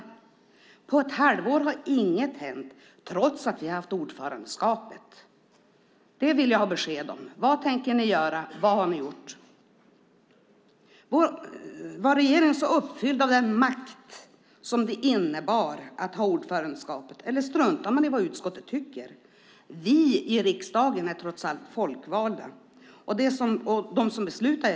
På ett halvår har inget hänt, trots att vi har haft ordförandeskapet. Det vill jag ha besked om. Vad tänker ni göra? Vad har ni gjort? Var regeringen så uppfylld av den makt det innebar att ha ordförandeskapet eller struntar man i vad utskottet tycker? Vi som beslutar i riksdagen är trots allt folkvalda.